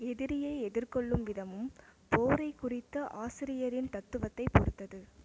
எதிரியை எதிர்கொள்ளும் விதமும் போரைக் குறித்த ஆசிரியரின் தத்துவத்தைப் பொறுத்தது